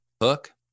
hook